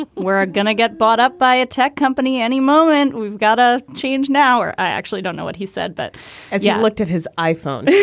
but we're ah going to get bought up by a tech company any moment we've got a change now. i actually don't know what he said, but as you looked at his iphone,